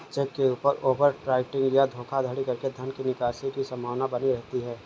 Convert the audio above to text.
check के ऊपर overwriting या धोखाधड़ी करके धन निकासी की संभावना बनी रहती है